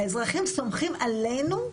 האזרחים סומכים עלינו,